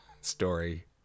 story